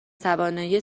توانایی